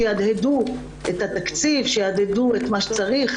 שיהדהדו את התקציב ואת מה שצריך.